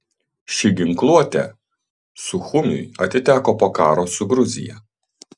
ši ginkluotė suchumiui atiteko po karo su gruzija